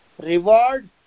Reward